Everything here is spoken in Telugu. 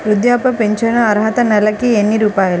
వృద్ధాప్య ఫింఛను అర్హత నెలకి ఎన్ని రూపాయలు?